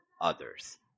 others